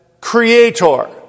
Creator